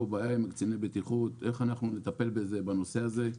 בעיה עם קציני בטיחות איך נטפל בנושא הזה.